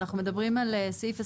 אנחנו מדברים על סעיף 26(ב)